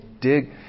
Dig